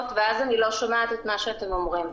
לא שמעתי מה אתה אומר.